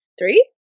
Three